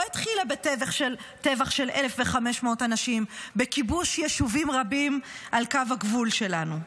לא התחילה בטבח של 1,500 אנשים ובכיבוש יישובים רבים על קו הגבול שלנו.